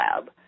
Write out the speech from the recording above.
lab